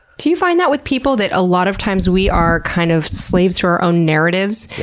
do you find that with people? that a lot of times we are kind of slaves to our own narratives?